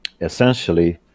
essentially